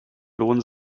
lohnen